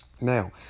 Now